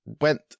went